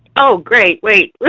oh, great, wait.